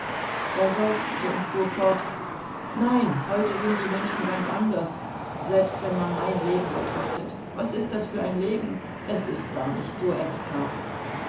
er seufzte und fuhr fort nein heute sind die menschen ganz anders selbst wenn man mein leben betrachtet was ist das für ein leben es ist gar nicht so extra